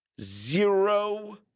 zero